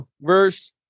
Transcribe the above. verse